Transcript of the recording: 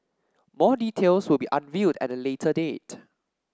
more details will be unveiled at a later date